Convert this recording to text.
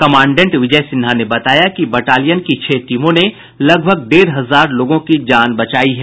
commandant Vijay Sinha ने बताया कि बटालियन की छह टीमों ने लगभग डेढ़ हजार लोगों की जान बचायी है